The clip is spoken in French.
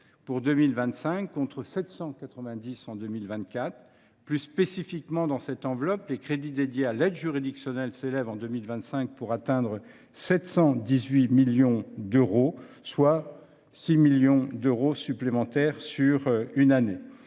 pour 2025, contre 790 millions d’euros en 2024. Plus spécifiquement, dans cette enveloppe, les crédits dédiés à l’aide juridictionnelle augmentent en 2025, pour atteindre 718 millions d’euros, soit 6 millions d’euros supplémentaires sur une année.